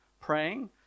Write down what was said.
praying